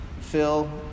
Phil